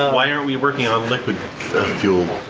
ah why aren't we working on liquid fuel?